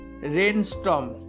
rainstorm